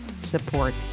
support